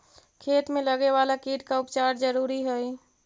खेत में लगे वाला कीट का उपचार जरूरी हई